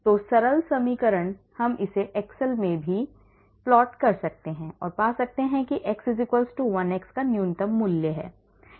तो सरल समीकरण हम इसे एक्सेल में भी प्लॉट कर सकते हैं और पा सकते हैं कि x 1 x का न्यूनतम मूल्य है